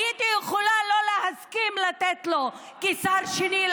הייתי יכולה לא להסכים לתת לו לעלות כשר שני,